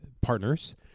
partners